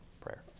prayer